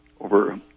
over